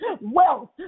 wealth